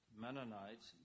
Mennonites